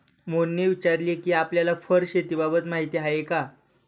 मोहनने विचारले कि आपल्याला फर शेतीबाबत माहीती आहे का?